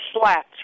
slats